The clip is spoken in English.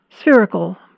Spherical